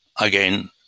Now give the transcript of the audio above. again